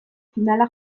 finala